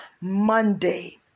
monday